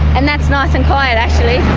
and that's nice and quiet actually.